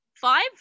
five